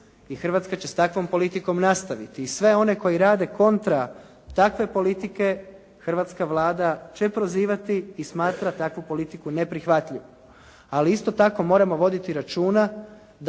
Hrvatska će s takvom politikom nastaviti. I sve one koji rade kontra takve politike hrvatska Vlada će prozivati i smatra takvu politiku neprihvatljivom. Ali isto tako moramo voditi računa da